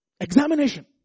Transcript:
Examination